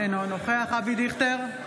אינו נוכח אבי דיכטר,